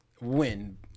win